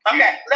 Okay